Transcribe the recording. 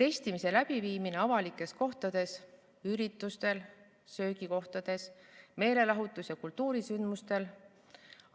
Testimise läbiviimine avalikes kohtades, üritustel, söögikohtades, meelelahutus- ja kultuurisündmustel